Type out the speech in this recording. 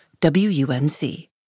WUNC